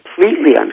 completely